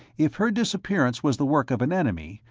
if her disappearance was the work of an enemy,